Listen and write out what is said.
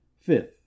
Fifth